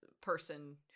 person